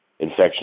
infection